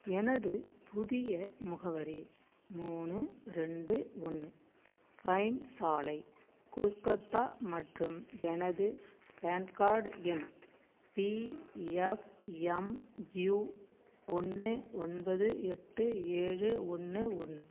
எனது புதிய முகவரி மூணு ரெண்டு ஒன்று ஃபைன் சாலை கொல்கத்தா மற்றும் எனது பேன் கார்ட் எண் பிஎஃப்எம்யு ஒன்று ஒன்பது எட்டு ஏழு ஒன்று ஒன்று